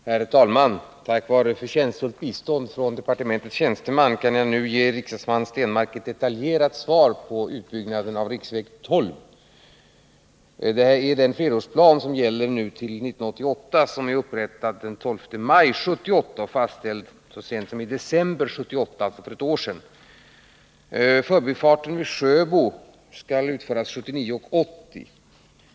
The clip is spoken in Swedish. Herr talman! Tack vare förtjänstfullt bistånd från departementets tjänsteman kan jag nu ge riksdagsman Stenmarck ett detaljerat svar i fråga om utbyggnaden av riksväg 12. Det finns en fyraårsplan som gäller till 1988 och som är upprättad den 12 maj 1978 och fastställd så sent som i december 1978, dvs. för ett år sedan. Förbifarten vid Sjöbo skall utföras 1979-1980.